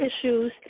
issues